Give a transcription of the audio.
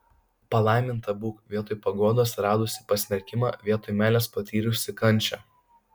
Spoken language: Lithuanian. palaiminta būk vietoj paguodos radusi pasmerkimą vietoj meilės patyrusi kančią